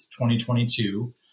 2022